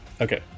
Okay